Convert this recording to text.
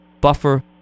buffer